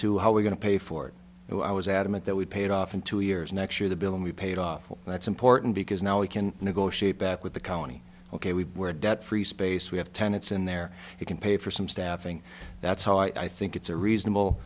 to how we're going to pay for it i was adamant that we pay it off in two years next year the bill and we've paid off that's important because now we can negotiate back with the county ok we were debt free space we have tenants in there you can pay for some staffing that's how i think it's a reasonable